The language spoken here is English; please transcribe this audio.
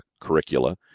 curricula